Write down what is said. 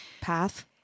path